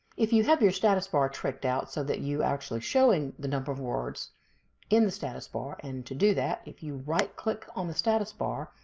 if you have your status bar tricked out, so that you are actually showing the number of words in the status bar, and to do that, if you right click on the status bar,